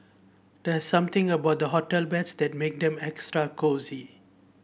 there's something about the hotel beds that make them extra cosy